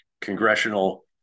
congressional